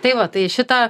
tai va tai šita